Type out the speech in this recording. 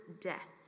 death